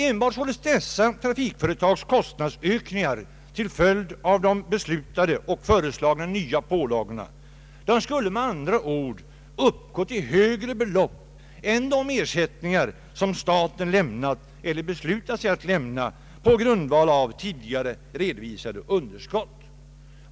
Enbart dessa trafikföretags kostnadsökningar = till följd av de beslutade och föreslagna nya pålagorna skulle med andra ord uppgå till högre belopp än de ersättningar som staten lämnat eller beslutat sig för att lämna på grundval av tidigare redovisade underskott.